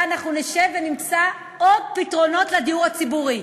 אנחנו נשב ונמצא עוד פתרונות לדיור הציבורי.